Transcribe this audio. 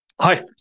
Hi